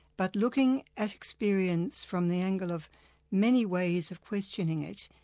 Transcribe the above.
but looking at experience from the angle of many ways of questioning it,